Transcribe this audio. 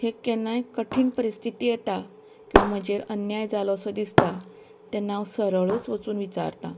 हें केन्नाय कठीण परिस्थीती येता किंवां म्हजेर अन्याय जालो सो दिसता तेन्ना हांव सरळूच वचून विचारता